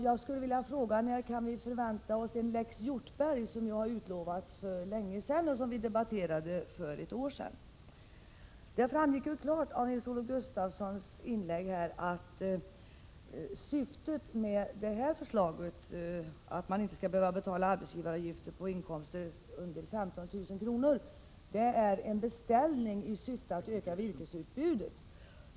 Jag skulle vilja fråga när vi kan förvänta oss en lex Hjortberg t.ex. En sådan utlovades för länge sedan och vi debatterade det för ett år sedan. Det framgick klart av Nils-Olof Gustafssons inlägg att orsaken till förslaget om att man inte skall behöva betala arbetsgivaravgifter på inkomster från jordbruk under 15 000 kr. är en beställning i syfte att öka virkesutbudet.